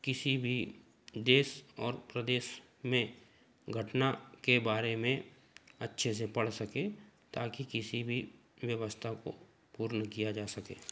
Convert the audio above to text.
किसी भी देश और प्रदेश में घटना के बारे में अच्छे से पढ़ सकें ताकि किसी भी व्यवस्था को पूर्ण किया जा सके